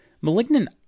Malignant